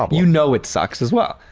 um you know it sucks as well.